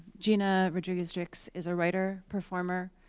gina rodriguez-dix is a writer, performer,